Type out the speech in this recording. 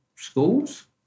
schools